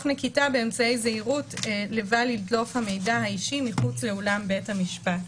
נקיטה באמצעי זהירות לבל ידלוף המידע האישי מחוץ לאולם בית המשפט.